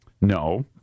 No